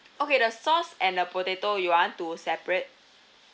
okay the sauce and the potato you want to separate